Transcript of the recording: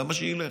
למה שילך?